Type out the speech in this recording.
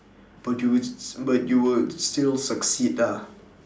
but you would s~ but you would still succeed ah